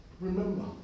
remember